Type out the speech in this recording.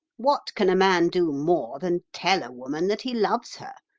what can a man do more than tell a woman that he loves her?